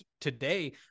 today